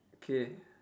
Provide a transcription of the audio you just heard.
okay